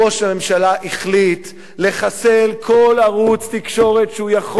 ראש הממשלה החליט לחסל כל ערוץ תקשורת שהוא יכול.